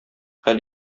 хәл